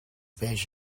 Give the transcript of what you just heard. beige